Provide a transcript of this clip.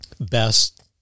best